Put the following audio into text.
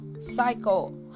cycle